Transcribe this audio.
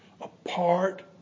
apart